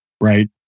right